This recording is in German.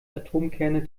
atomkerne